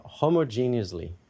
homogeneously